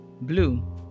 blue